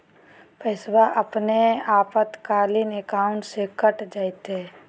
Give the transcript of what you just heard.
पैस्वा अपने आपातकालीन अकाउंटबा से कट जयते?